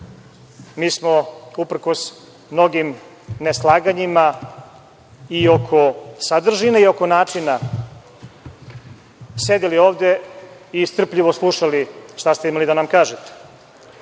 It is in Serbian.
Mi smo uprkos mnogim neslaganjima i oko sadržine i oko načina sedeli ovde i strpljivo slušali šta ste imali da nam kažete.